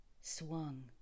swung